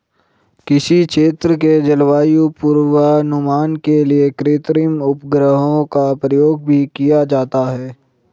किसी क्षेत्र के जलवायु पूर्वानुमान के लिए कृत्रिम उपग्रहों का प्रयोग भी किया जाता है